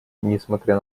несмотря